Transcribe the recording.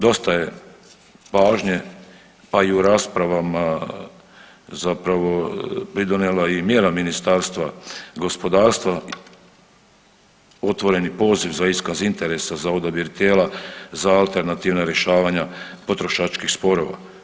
Dosta je pažnje, pa i u rasprava zapravo pridonijela i mjera Ministarstva gospodarstva, otvoreni poziv za iskaz interesa za odabir tijela za alternativna rješavanja potrošačkih sporova.